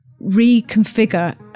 reconfigure